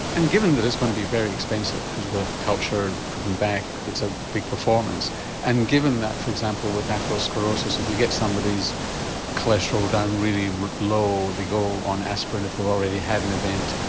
and given that it is going to be very expensive because you got to culture, put them back, it's a big performance and given that for example with atherosclerosis, if you get somebody's cholesterol down really low, they go on aspirin if they've already had an event,